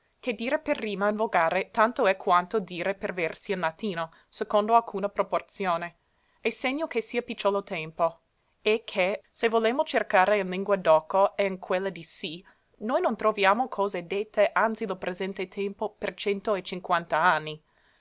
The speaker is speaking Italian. ché dire per rima in volgare tanto è quanto dire per versi in latino secondo alcuna proporzione e segno che sia picciolo tempo è che se volemo cercare in lingua d oco e in quella di sì noi non troviamo cose dette anzi lo presente tempo per cento e cinquanta anni